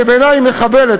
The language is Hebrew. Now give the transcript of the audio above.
שבעיני היא מחבלת,